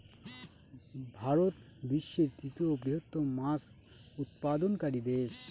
ভারত বিশ্বের তৃতীয় বৃহত্তম মাছ উৎপাদনকারী দেশ